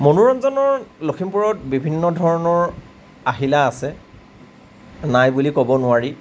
মনোৰঞ্জনৰ লখিমপুৰত বিভিন্ন ধৰণৰ আহিলা আছে নাই বুলি ক'ব নোৱাৰি